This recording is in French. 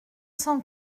cent